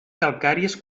calcàries